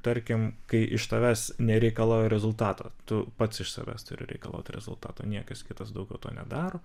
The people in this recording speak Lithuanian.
tarkim kai iš tavęs nereikalauja rezultato tu pats iš savęs turi reikalauti rezultato niekas kitas daugiau to nedaro